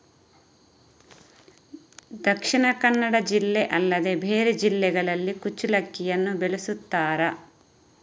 ದಕ್ಷಿಣ ಕನ್ನಡ ಜಿಲ್ಲೆ ಅಲ್ಲದೆ ಬೇರೆ ಜಿಲ್ಲೆಗಳಲ್ಲಿ ಕುಚ್ಚಲಕ್ಕಿಯನ್ನು ಬೆಳೆಸುತ್ತಾರಾ?